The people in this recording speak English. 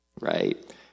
Right